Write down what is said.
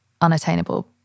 unattainable